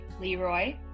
Leroy